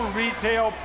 retail